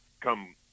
come